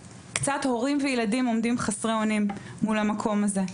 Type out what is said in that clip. הורים וילדים עומדים חסרי אונים מול המקום הזה,